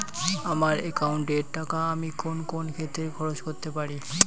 আমার একাউন্ট এর টাকা আমি কোন কোন ক্ষেত্রে খরচ করতে পারি?